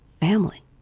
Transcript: family